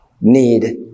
need